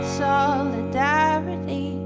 solidarity